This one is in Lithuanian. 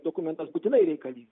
dokumentas būtinai reikalingas